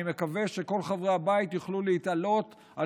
אני מקווה שכל חברי הבית יוכלו להתעלות על